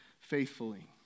faithfully